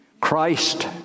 Christ